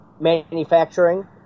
manufacturing